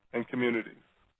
and communities.